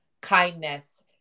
kindness